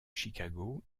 chicago